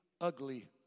ugly